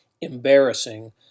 embarrassing